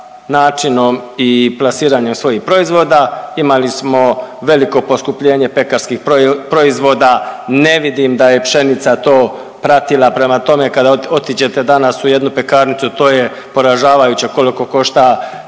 načinom i plasiranjem svojih proizvoda, imali smo veliko poskupljenje pekarskih proizvoda, ne vidim da je pšenica to pratila, prema tome kada otiđete danas u jednu pekarnicu to je poražavajuće koliko košta